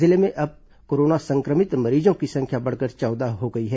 जिले में अब कोरोना संक्रमित मरीजों की संख्या बढ़कर चौदह हो गई है